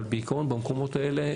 אבל בעיקרון במקומות האלה,